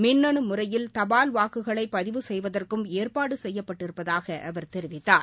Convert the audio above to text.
மின்னனு முறையில் தபால் வாக்குகளை பதிவு செய்வதற்கும் ஏற்பாடு செய்யப்பட்டிருப்பதாக அவர் தெரிவித்தார்